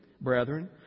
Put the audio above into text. brethren